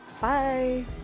Bye